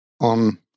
on